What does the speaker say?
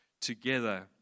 together